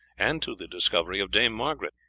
and to the discovery of dame margaret.